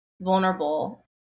vulnerable